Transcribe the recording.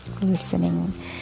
listening